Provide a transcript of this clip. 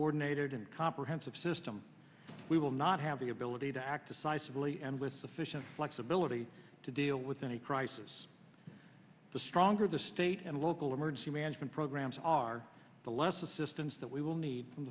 coordinated and comprehensive system we will not have the ability to act decisively and with sufficient flexibility to deal with any crisis the stronger the state and local emergency management programs are the less assistance that we will need from